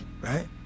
right